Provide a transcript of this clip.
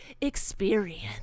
experience